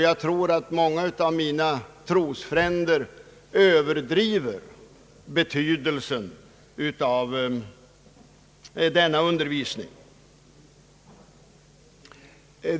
Jag tror att många av mina trosfränder överdriver betydelsen av denna undervisning.